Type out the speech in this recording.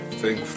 thank